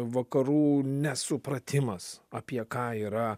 vakarų nesupratimas apie ką yra